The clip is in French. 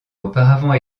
auparavant